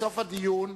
בסוף הדיון,